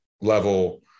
level